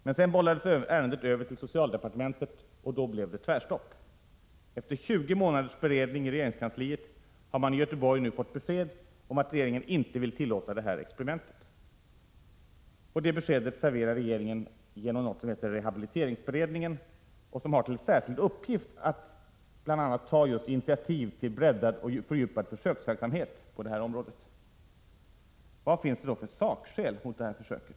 Men sedan bollades ärendet över till socialdepartementet, och då blev det tvärstopp. Efter 20 månaders beredning i regeringskansliet har man i Göteborg nu fått besked om att regeringen inte vill tillåta det här experimentet. Och det beskedet serverar regeringen genom något som heter rehabiliteringsberedningen och som har till särskild uppgift bl.a. att ta initiativ till breddad och fördjupad försöksverksamhet på det här området. Vad finns det då för sakskäl mot det här försöket?